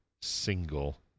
single